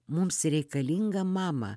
mums reikalinga mama